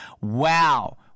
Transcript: Wow